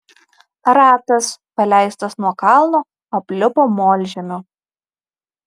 ratas paleistas nuo kalno aplipo molžemiu